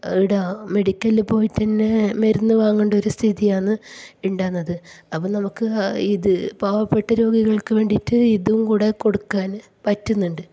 ഇവിടെ മെഡിക്കൽ പോയിട്ട് തന്നെ മരുന്ന് വാങ്ങേണ്ട ഒരു സ്ഥിതിയാണ് ഉണ്ടാകുന്നത് അപ്പോൾ നമുക്ക് ഇത് പാവപ്പെട്ട രോഗികൾക്ക് വേണ്ടിയിട്ട് ഇതും കൂടെ കൊടുക്കാൻ പറ്റുന്നുണ്ട്